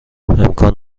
امکان